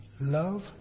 Love